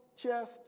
chest